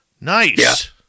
Nice